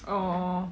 orh